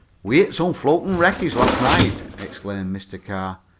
we hit some floating wreckage last night, explained mr. carr.